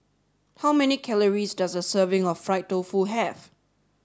how many calories does a serving of Fried Tofu have